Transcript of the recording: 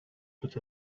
but